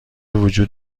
وجود